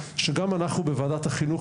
שגם אנחנו בוועדת החינוך,